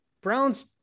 Browns –